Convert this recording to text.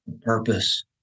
purpose